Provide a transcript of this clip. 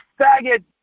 faggot